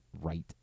right